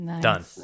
done